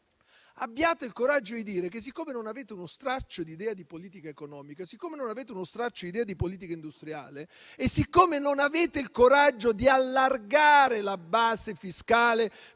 abbiate il coraggio di dire che non avete uno straccio di idea di politica economica, che non avete uno straccio di idea di politica industriale e che non avete il coraggio di allargare la base fiscale